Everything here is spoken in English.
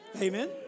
Amen